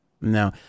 No